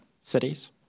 cities